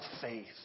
faith